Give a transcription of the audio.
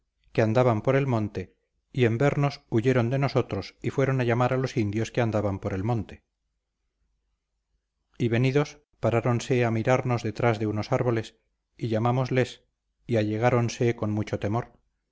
que andaban por el monte y en vernos huyeron de nosotros y fueron a llamar a los indios que andaban por el monte y venidos paráronse a mirarnos detrás de unos árboles y llamámosles y allegáronse con mucho temor